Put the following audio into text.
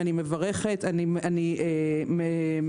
אני מברכת ואני מקווה